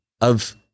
of-